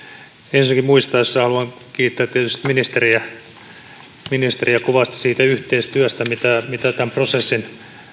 ensinnäkin muistaessa haluan tietysti kiittää ministeriä kovasti siitä yhteistyöstä mitä mitä tämän prosessin